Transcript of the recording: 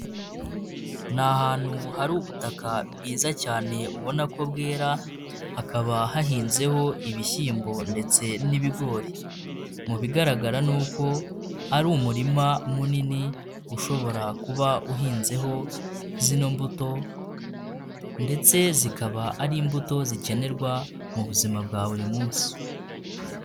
Ni ahantu hari ubutaka bwiza cyane ubona ko bwera, hakaba hahinzeho ibishyimbo ndetse n'ibigori. Mu bigaragara ni uko ari umurima munini ushobora kuba uhinzeho zino mbuto, ndetse zikaba ari imbuto zikenerwa mu buzima bwa buri munsi